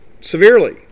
severely